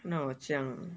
那我讲